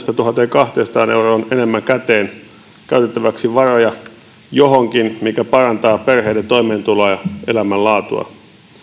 tuhat viiva tuhatkaksisataa euroa enemmän käteen käytettäväksi varoja johonkin mikä parantaa perheiden toimeentuloa ja elämänlaatua